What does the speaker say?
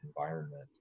environment